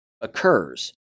occurs